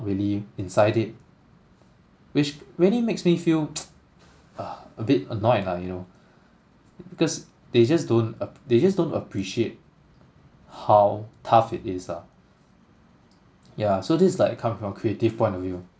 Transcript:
really inside it which really makes me feel uh a bit annoyed lah you know because they just don't ap~ they just don't appreciate how tough it is lah yeah so this is like come from creative point of view